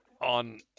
on